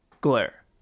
Glare